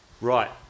right